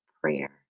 prayer